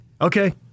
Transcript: Okay